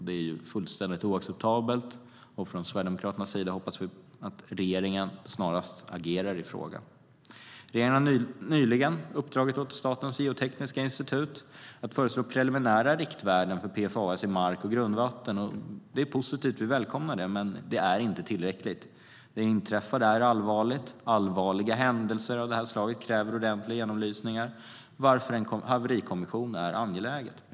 Det är fullständigt oacceptabelt. Vi i Sverigedemokraterna hoppas att regeringen snarast agerar i frågan. Regeringen har nyligen uppdragit åt Statens geotekniska institut att föreslå preliminära riktvärden för PFAS i mark och grundvatten. Detta är naturligtvis positivt, men det är inte tillräckligt. Det inträffade är allvarligt, och allvarliga händelser av detta slag kräver ordentliga genomlysningar, varför det är angeläget med en haverikommission.